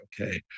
okay